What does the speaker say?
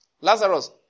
Lazarus